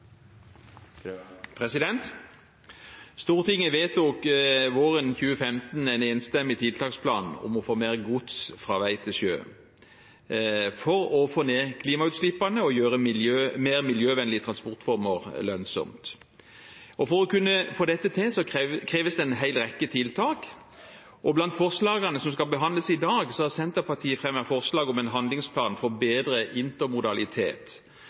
Stortinget vedtok våren 2015 en enstemmig tiltaksplan om å få overført mer gods fra vei til sjø, for å få ned klimautslippene og gjøre mer miljøvennlige transportformer lønnsomme. For å kunne få til dette kreves det en hel rekke tiltak. Blant forslagene som skal behandles i dag, har Senterpartiet fremmet forslag om en handlingsplan for bedre intermodalitet,